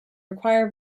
require